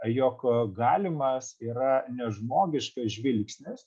jog galimas yra nežmogiška žvilgsnis